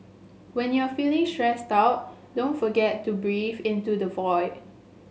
when you are feeling stressed out don't forget to breathe into the void